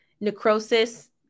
Necrosis